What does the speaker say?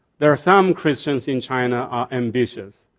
there are some christians in china are ambitious.